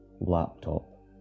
Laptop